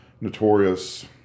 Notorious